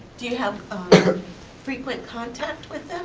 do you have frequent contact with them?